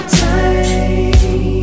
time